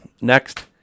Next